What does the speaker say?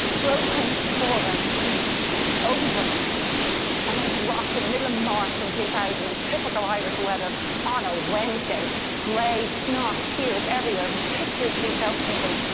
broken, fallen over on this rock in the middle of march in two thousand, and typical irish weather on a wednesday gray, snot, tears everywhere, ridiculously self-pitying.